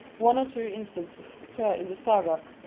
one or two instances occur in the sagas.